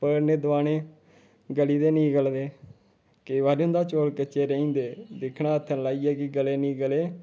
पकड़ने दबाने गली दे नेईं गले दे केईं बारी होंदा चौल कच्चे रेही जंदे दिक्खना हत्थै नै लाइयै कि गले नेईं गले